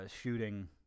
shooting